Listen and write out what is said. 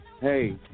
Hey